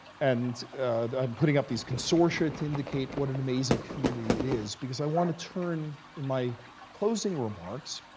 and i'm putting up these consortia to indicate what an amazing community it is, because i want to turn, in my closing remarks,